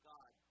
God